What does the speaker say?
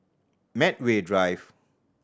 Medway Drive